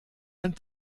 ein